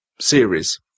series